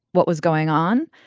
what was going on?